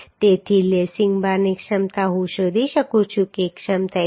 તેથી લેસિંગ બારની ક્ષમતા હું શોધી શકું છું કે ક્ષમતા 83